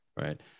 right